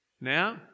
Now